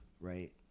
right